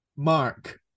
mark